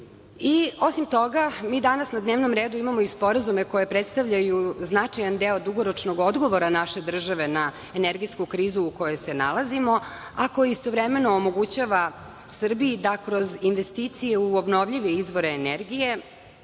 toga, mi danas na dnevnom redu imamo i sporazume koji predstavljaju značajan deo dugoročnog odgovora naše države na energetsku krizu u kojoj se nalazimo, a koji istovremeno omogućava Srbiji da kroz investicije u obnovljive izvore energije